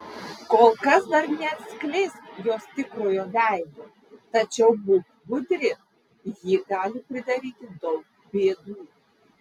kol kas dar neatskleisk jos tikrojo veido tačiau būk budri ji gali pridaryti daug bėdų